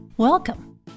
Welcome